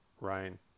Ryan